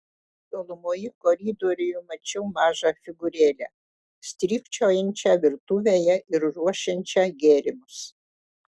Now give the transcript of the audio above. tolumoje koridoriuje mačiau mažą figūrėlę strykčiojančią virtuvėje ir ruošiančią gėrimus